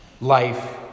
life